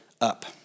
up